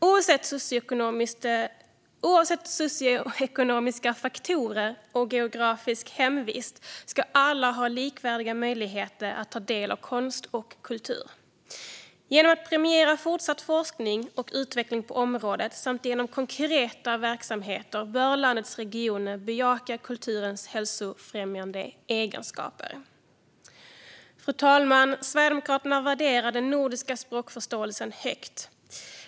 Oavsett socioekonomiska faktorer och geografisk hemvist ska alla ha likvärdiga möjligheter att ta del av konst och kultur. Genom att premiera fortsatt forskning och utveckling på området samt genom konkreta verksamheter bör landets regioner bejaka kulturens hälsofrämjande egenskaper. Fru talman! Sverigedemokraterna värderar den nordiska språkförståelsen högt.